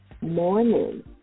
morning